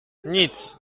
nic